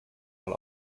mal